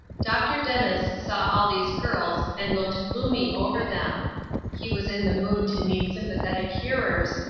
dr. dennis saw all these girls, and looked gloomy over them he was in the mood to need sympathetic hearers,